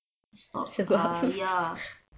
stop uh ya